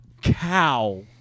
cow